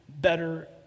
better